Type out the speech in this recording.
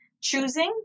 choosing